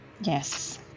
Yes